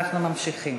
אנחנו ממשיכים.